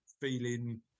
feeling